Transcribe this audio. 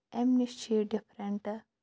اَمہِ نِش چھِ یہِ ڈِفرنٛٹ